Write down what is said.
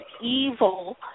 evil